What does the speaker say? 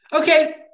okay